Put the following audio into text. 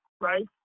right